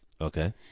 Okay